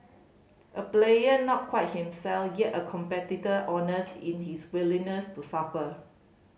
a player not quite himself yet a competitor honest in his willingness to suffer